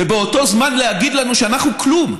ובאותו זמן להגיד לנו שאנחנו כלום,